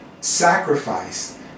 sacrifice